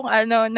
ano